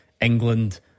England